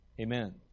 amen